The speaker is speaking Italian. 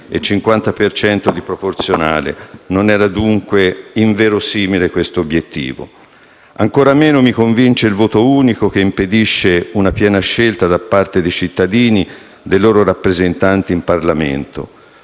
cento di proporzionale. Dunque, non era inverosimile quest'obiettivo. Ancora meno mi convince il voto unico, che impedisce una piena scelta da parte dei cittadini dei loro rappresentanti in Parlamento.